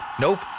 Nope